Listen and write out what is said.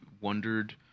wondered